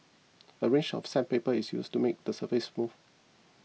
a range of sandpaper is used to make the surface smooth